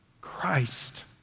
Christ